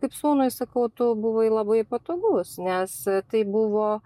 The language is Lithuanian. kaip sūnui sakau tu buvai labai patogus nes tai buvo